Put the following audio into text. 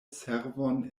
servon